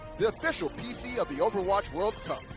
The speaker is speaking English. the official pc of the overwatch world cup.